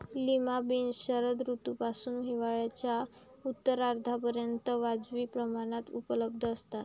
lima beans शरद ऋतूपासून हिवाळ्याच्या उत्तरार्धापर्यंत वाजवी प्रमाणात उपलब्ध असतात